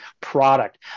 product